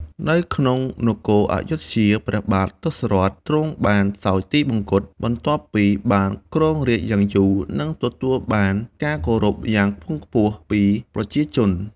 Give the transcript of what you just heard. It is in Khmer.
នៅក្នុងនគរព្ធយុធ្យា ព្រះបាទទសរថ ទ្រង់បានសោយទិវង្គត បន្ទាប់ពីបានគ្រងរាជ្យយ៉ាងយូរ និងទទួលបានការគោរពយ៉ាងខ្ពង់ខ្ពស់ពីប្រជាជន។